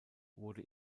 wurde